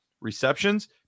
receptions